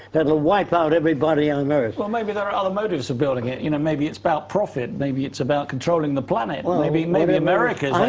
that will wipe out everybody on earth. well, maybe there are other motives for building it. you know maybe it's about profit. maybe it's about controlling the planet. maybe maybe america.